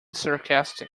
sarcastic